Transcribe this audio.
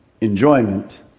enjoyment